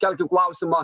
kelkim klausimą